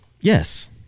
yes